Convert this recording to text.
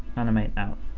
animate out.